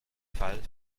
fall